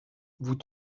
vous